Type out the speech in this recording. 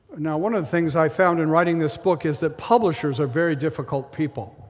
now one of the things i found in writing this book is that publishers are very difficult people,